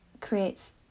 creates